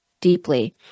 deeply